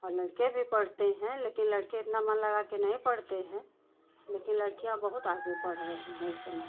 और लड़के भी पढ़ते हैं लड़के इतना मन लगाकर नहीं पढ़ते हैं लेकिन लड़कियाँ बहुत आगे पढ़ रही हैं इस समय